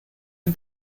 une